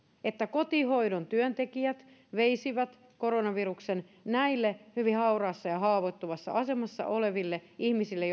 että kotihoidon työntekijät veisivät koronaviruksen näille hyvin hauraassa ja haavoittuvassa asemassa oleville ihmisille